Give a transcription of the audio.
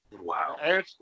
Wow